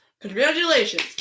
Congratulations